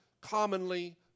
commonly